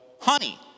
honey